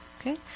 Okay